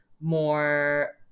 more